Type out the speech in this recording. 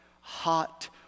hot